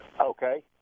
Okay